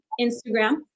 instagram